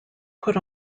put